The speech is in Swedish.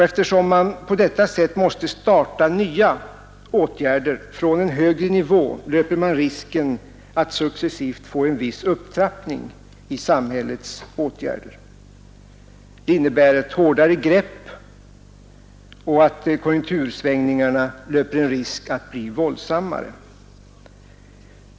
Eftersom man på detta sätt måste vidta nya åtgärder från en högre nivå löper man risken av en viss upptrappning i samhällets åtgärder. Det innebär att greppet hårdnar och att konjunktursvängningarna kan bli våldsammare.